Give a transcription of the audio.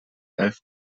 elf